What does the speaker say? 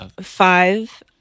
five